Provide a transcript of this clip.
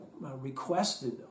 requested